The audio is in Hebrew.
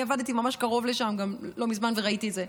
אני עבדתי ממש קרוב לשם גם לא מזמן וראיתי את זה,